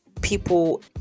people